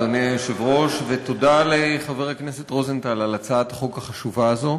אדוני היושב ראש ותודה לחבר הכנסת רוזנטל על הצעת החוק החשובה הזו.